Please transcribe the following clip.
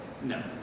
No